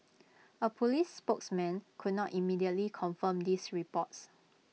A Police spokesman could not immediately confirm these reports